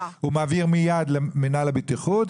האם הוא עובר מיד למינהל הבטיחות?